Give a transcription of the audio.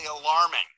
alarming